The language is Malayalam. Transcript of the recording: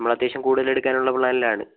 നമ്മൾ അത്യാവശ്യം കൂടുതൽ എടുക്കാനുള്ള പ്ലാനിൽ ആണ്